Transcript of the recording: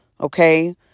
okay